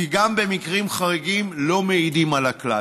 כי גם מקרים חריגים לא מעידים על הכלל,